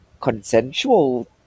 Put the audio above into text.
Consensual